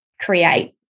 create